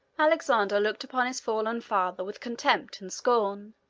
alexander looked upon his fallen father with contempt and scorn,